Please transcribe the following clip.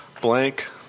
Blank